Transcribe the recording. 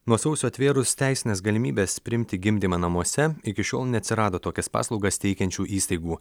nuo sausio atvėrus teisines galimybes priimti gimdymą namuose iki šiol neatsirado tokias paslaugas teikiančių įstaigų